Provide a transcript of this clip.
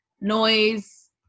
Noise